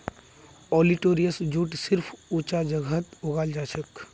olitorius jute सिर्फ ऊंचा जगहत उगाल जाछेक